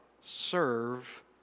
serve